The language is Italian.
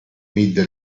middle